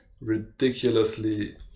ridiculously